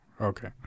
okay